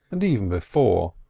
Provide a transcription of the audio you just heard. and even before,